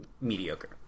mediocre